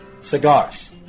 Cigars